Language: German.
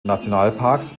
nationalparks